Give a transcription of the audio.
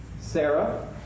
Sarah